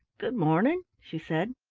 good-morning, she said.